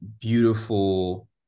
beautiful